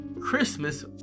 Christmas